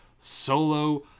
Solo